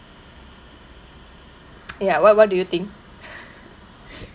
ya what what do you think